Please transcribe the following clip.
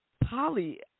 Polly